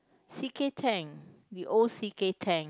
c_kTang the old c_kTang